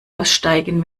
aussteigen